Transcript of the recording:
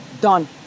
Done